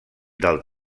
del